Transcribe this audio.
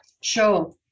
Sure